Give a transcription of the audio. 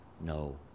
no